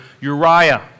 Uriah